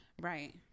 Right